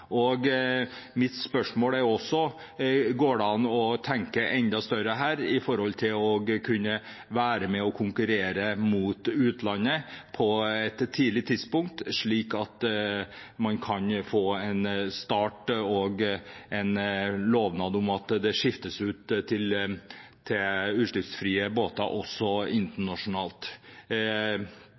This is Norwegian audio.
Mitt spørsmål er også om det går an å tenke enda større her når det gjelder å kunne være med og konkurrere mot utlandet på et tidlig tidspunkt, slik at man kan få en start og en lovnad om at det skiftes ut til utslippsfrie båter også internasjonalt.